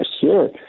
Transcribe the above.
sure